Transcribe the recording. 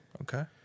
Okay